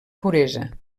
puresa